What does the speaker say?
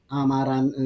Amaran